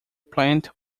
plant